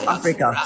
Africa